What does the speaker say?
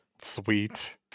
Sweet